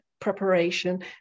preparation